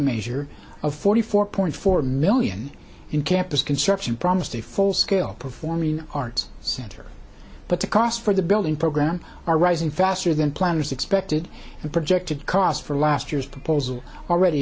measure of forty four point four million in campus conception promised a full scale performing arts center but the cost for the building program are rising faster than planners expected and projected cost for last year's proposal already